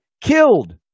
killed